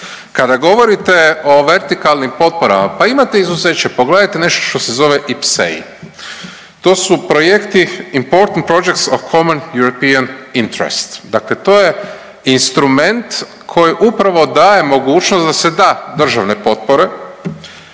Kada govorite o vertikalnim potporama, pa imate izuzeće, pogledajte nešto što se zove IPCEI. To su projekti Important Projects of Common European Interest, dakle to je instrument koji upravo daje mogućnost da se da državne potpore,